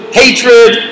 hatred